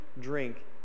drink